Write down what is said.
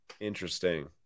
Interesting